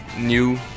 new